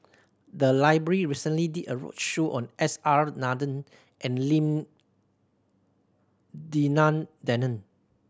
the library recently did a roadshow on S R Nathan and Lim Denan Denon